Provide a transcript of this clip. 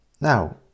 Now